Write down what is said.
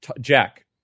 Jack